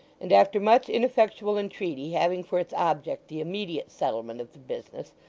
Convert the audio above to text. and after much ineffectual entreaty having for its object the immediate settlement of the business,